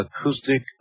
acoustic